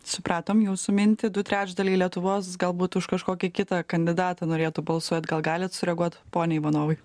supratom jūsų mintį du trečdaliai lietuvos galbūt už kažkokį kitą kandidatą norėtų balsuot gal galit sureaguot pone ivanovai